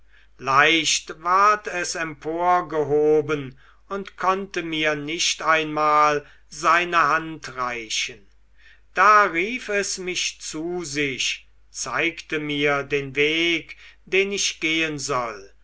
leicht ward es emporgehoben und konnte mir nicht einmal seine hand reichen da rief es mich zu sich und zeigte mir den weg den ich gehen soll